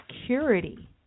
security